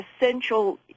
essential